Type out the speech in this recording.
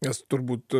nes turbūt